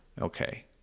Okay